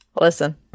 Listen